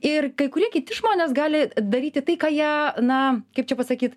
ir kai kurie kiti žmonės gali daryti tai ką jie na kaip čia pasakyt